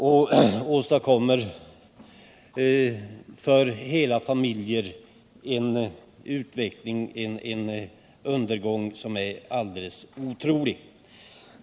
Dessa brottslingars verksamhet medför undergång för hela familjer och innebär en utveckling som är alldeles ofattbar.